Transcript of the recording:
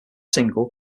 single